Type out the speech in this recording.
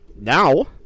now